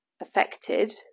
affected